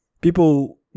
people